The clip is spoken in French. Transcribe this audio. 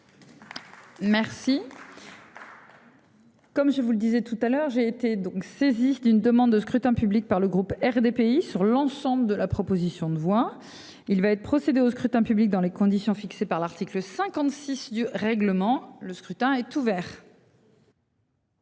Merci. Comme je vous le disais tout à l'heure j'ai été donc saisi d'une demande de scrutin public par le groupe RDPI sur l'ensemble de la proposition de voix, il va être procédé au scrutin public dans les conditions fixées par l'article 56 du règlement, le scrutin est ouvert.